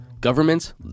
governments